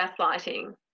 gaslighting